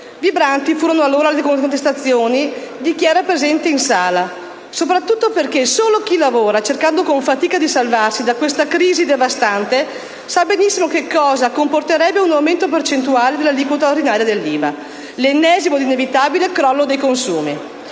Vibranti furono allora le contestazioni di chi era presente in sala, soprattutto perché solo chi lavora, cercando con fatica di salvarsi da questa crisi devastante, sa benissimo che cosa comporterebbe un aumento percentuale dell'aliquota ordinaria dell'IVA: l'ennesimo ed inevitabile crollo dei consumi!